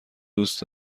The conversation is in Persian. دوست